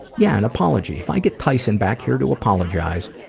yeah, an apology. if i get tyson back here to apologize,